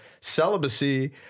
celibacy